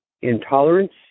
intolerance